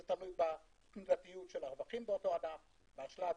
זה תלוי במידתיות של הרווחים באותו ענף באשלג,